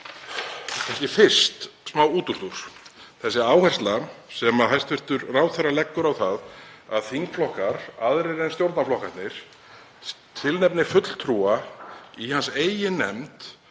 Fyrst smá útúrdúr um þessa áherslu sem hæstv. ráðherra leggur á það að þingflokkar aðrir en stjórnarflokkarnir tilnefni fulltrúa í hans eigin nefnd